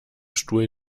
stuhl